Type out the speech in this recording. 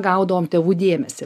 gaudavom tėvų dėmesį